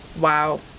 wow